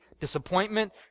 disappointment